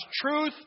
truth